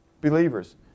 Believers